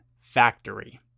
factory